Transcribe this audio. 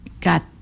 got